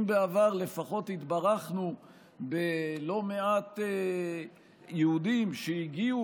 אם בעבר לפחות התברכנו בלא מעט יהודים שהגיעו